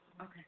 Okay